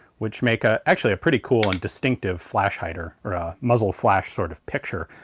which make ah actually a pretty cool and distinctive flash hider, or a muzzle flash sort of picture.